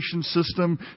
system